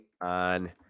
on